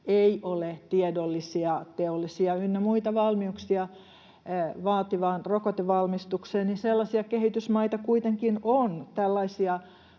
ei ole tiedollisia, teollisia ynnä muita valmiuksia vaativaan rokotevalmistukseen, niin sellaisia kehitysmaita kuitenkin on.